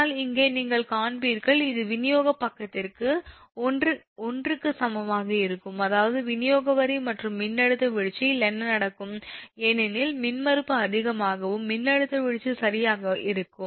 ஆனால் இங்கே நீங்கள் காண்பீர்கள் இது விநியோக பக்கத்திற்கு 1 க்கு சமமாக இருக்கும் அதாவது விநியோக வரி மற்றும் மின்னழுத்த வீழ்ச்சியில் என்ன நடக்கும் ஏனெனில் மின்மறுப்பு அதிகமாகவும் மின்னழுத்த வீழ்ச்சி சரியாக இருக்கும்